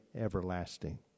everlasting